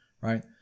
right